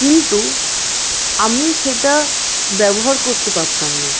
কিন্তু আমি সেটা ব্যবহার করতে পারতাম না